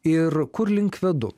ir kur link vedu